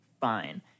fine